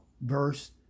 verse